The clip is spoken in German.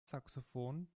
saxophon